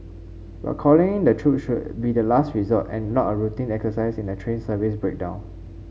but calling in the troops should be the last resort and not a routine exercise in a train service breakdown